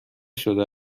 شده